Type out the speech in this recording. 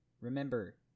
remember